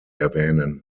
erwähnen